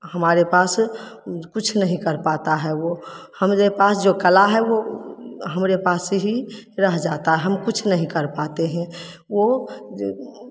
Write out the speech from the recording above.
हमारे पास कुछ नहीं कर पाता है वो हमरे पास जो कला है वो हमरे पास ही रह जाता है हम कुछ नहीं कर पाते हैं वो